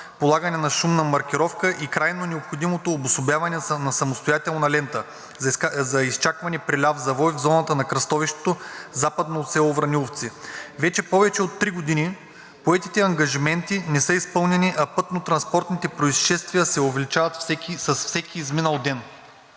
полагане на шумна маркировка и крайно необходимото обособяване на самостоятелна лента за изчакване при ляв завой в зоната на кръстовището, западно от село Враниловци. Вече повече от три години поетите ангажименти не са изпълнени, а пътнотранспортните произшествия се увеличават с всеки изминал ден.